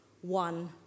one